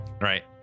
right